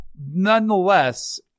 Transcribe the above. Nonetheless